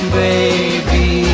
baby